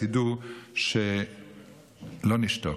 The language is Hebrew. ותדעו שלא נשתוק.